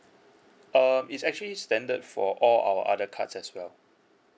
um is actually standard for or the cards as well